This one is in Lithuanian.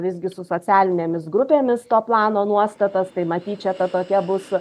visgi su socialinėmis grupėmis to plano nuostatas tai matyt čia ta tokia bus